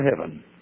heaven